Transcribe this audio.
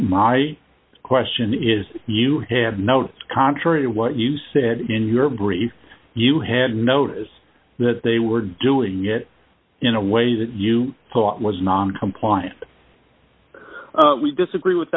my question is you have no contrary to what you said in your brief you had notice that they were doing it in a way that you thought was noncompliant we disagree with